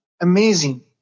amazing